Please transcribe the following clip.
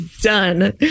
Done